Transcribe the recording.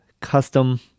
custom